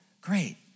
Great